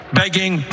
begging